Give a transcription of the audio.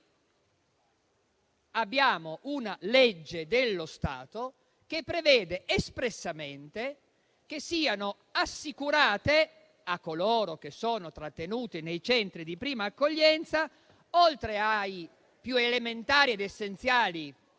abbiamo una legge dello Stato che prevede espressamente che siano assicurati, a coloro che sono trattenuti nei centri di prima accoglienza, oltre ai più elementari ed essenziali